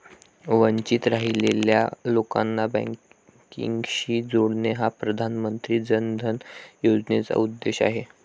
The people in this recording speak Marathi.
वंचित राहिलेल्या लोकांना बँकिंगशी जोडणे हा प्रधानमंत्री जन धन योजनेचा उद्देश आहे